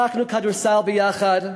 שיחקנו כדורסל ביחד,